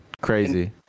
Crazy